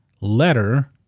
letter